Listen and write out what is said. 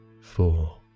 Four